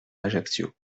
ajaccio